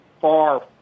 far